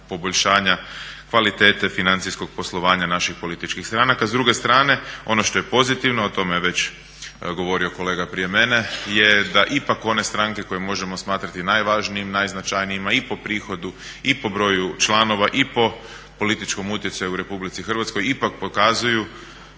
poboljšanja kvalitete financijskog poslovanja naših političkih stranka. S druge strane ono što je pozitivno, o tome je već govorio kolega prije mene je da ipak one stranke koje možemo smatrati najvažnijim, najznačajnijim i po prihodu, i po broju članova, i po političkom utjecaju u RH ipak pokazuju